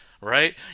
right